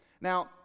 now